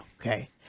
Okay